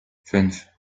fünf